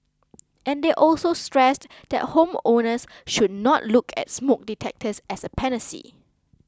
and they also stressed that home owners should not look at smoke detectors as a panacea